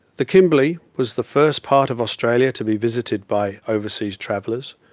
the kimberley was the first part of australia to be visited by overseas travelers,